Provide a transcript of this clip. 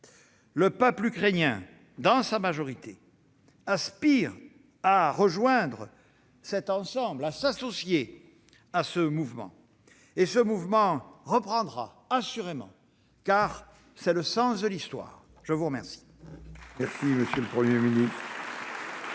Le peuple ukrainien aspire, dans sa majorité, à rejoindre cet ensemble, à s'associer à ce mouvement. Ce mouvement reprendra assurément, car c'est le sens de l'Histoire. Acte